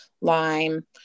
lime